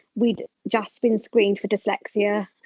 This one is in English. we'd just been screened for dyslexia,